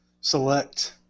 select